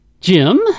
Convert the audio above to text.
Jim